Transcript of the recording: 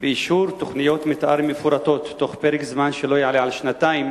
ואישור תוכניות מיתאר מפורטות תוך פרק זמן שלא יעלה על שנתיים